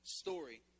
story